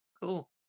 Cool